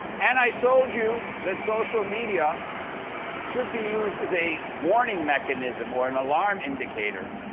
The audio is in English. and i showed you that social media should be used as a warning mechanism or an alarm indicator.